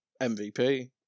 MVP